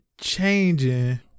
changing